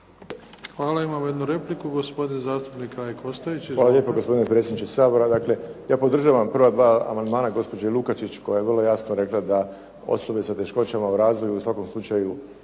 Hvala. Imamo jednu repliku, gospodin zastupnik Rajko Ostojić. Izvolite. **Ostojić, Rajko (SDP)** Hvala lijepo gospodine predsjedniče Sabora. Dakle, ja podržavam prva dva amandmana gospođe Lukačić koja je vrlo jasno rekla da osobe sa teškoćama u razvoju u svakom slučaju,